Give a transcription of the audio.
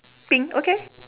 pink okay